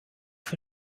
für